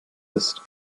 ist